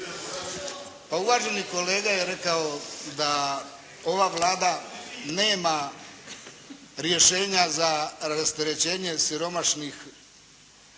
Uvaženi kolega je rekao da ova Vlada nema rješenja za rasterećenje siromašnih, a